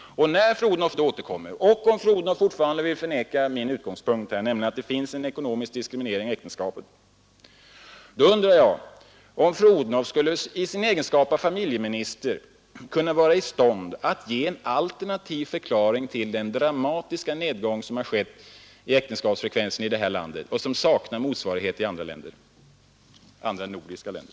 Och när fru Odhnoff återkommer och om hon då fortfarande vill förneka min utgångspunkt här, nämligen att det finns en ekonomisk diskriminering av ä tenskapet, undrar jag om fru Odhnoff i sin egenskap av familjeminister skulle kunna vara i stånd att ge en alternativ förklaring till den dramatiska nedgång som har skett i äktenskapsfrekvensen i det här landet och som saknar motsvarighet i andra nordiska länder.